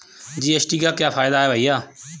GST का क्या फायदा है भैया?